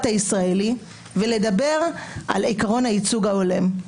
הישראלי ולדבר על עקרון הייצוג ההולם.